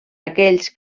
aquells